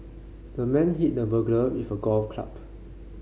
the man hit the burglar with a golf club